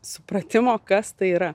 supratimo kas tai yra